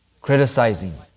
Criticizing